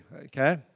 okay